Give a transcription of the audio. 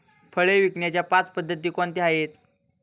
फळे विकण्याच्या पाच पद्धती कोणत्या आहेत?